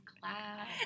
class